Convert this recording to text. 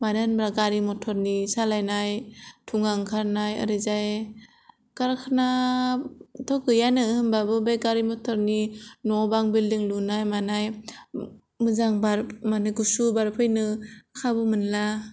मानो होनोबा गारि मटरनि सालायनाय धुंआ ओंखारनाय ओरैजाय खारखाना थ' गैयानो होनबाबो बे गारि मटरनि न' बां बिल्डिं लुनाय मानाय मोजां बार माने गुसु बार फैनो खाबु मोनला